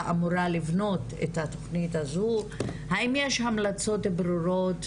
אמורה לבנות את התוכנית הזו האם יש המלצות ברורות,